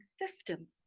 systems